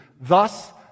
thus